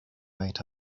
white